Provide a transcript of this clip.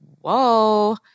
whoa